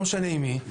לא משנה עם מי,